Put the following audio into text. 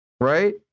right